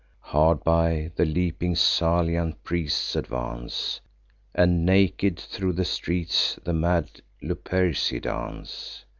hard by, the leaping salian priests advance and naked thro' the streets the mad luperci dance,